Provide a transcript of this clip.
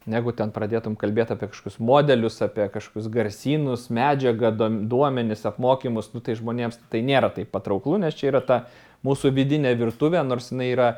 negu ten pradėtum kalbėt apie kažkokius modelius apie kažkokius garsynus medžiagą dom duomenis apmokymus nu tai žmonėms tai nėra taip patrauklu nes čia yra ta mūsų vidinė virtuvė nors jinai yra